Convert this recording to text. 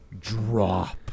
drop